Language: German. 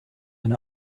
eine